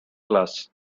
class